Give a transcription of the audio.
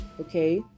Okay